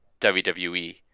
WWE